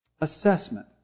Assessment